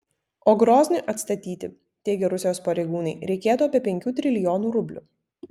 o groznui atstatyti teigia rusijos pareigūnai reikėtų apie penkių trilijonų rublių